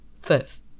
Fifth